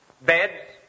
beds